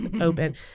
open